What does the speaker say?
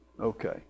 Okay